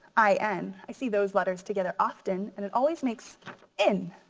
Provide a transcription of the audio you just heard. i n. i see those letters together often and it always makes in.